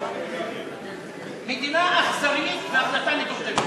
מדינה אכזרית והחלטה מטומטמת.